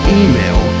email